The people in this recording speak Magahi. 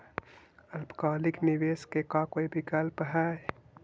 अल्पकालिक निवेश के का कोई विकल्प है?